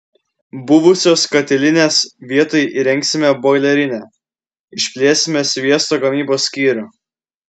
buvusios katilinės vietoj įrengsime boilerinę išplėsime sviesto gamybos skyrių